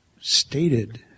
stated